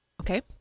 Okay